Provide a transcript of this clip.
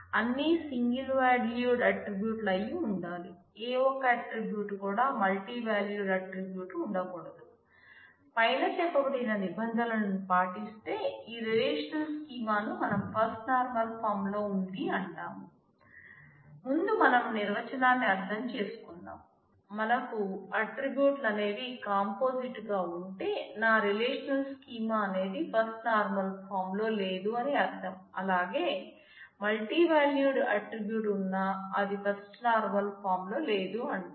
అలాగే multi valued attribute ఉన్న అది ఫస్ట్ నార్మల్ ఫాం లో లేదు అంటాం